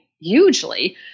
Hugely